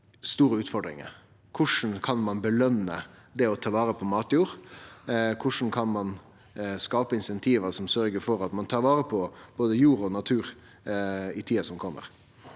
store utfordringar. Korleis kan ein påskjøne det å ta vare på matjord? Korleis kan ein skape insentiv som sørgjer for at ein tar vare på både jord og natur i tida som kjem?